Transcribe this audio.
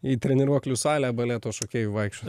į treniruoklių salę baleto šokėjui vaikščiot